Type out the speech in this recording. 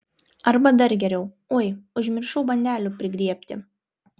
arba dar geriau oi užmiršau bandelių prigriebti